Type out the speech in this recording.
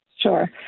Sure